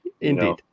Indeed